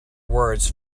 words